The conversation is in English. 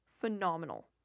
Phenomenal